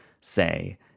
say